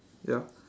ya